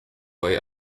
way